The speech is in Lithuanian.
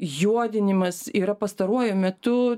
juodinimas yra pastaruoju metu